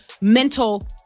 mental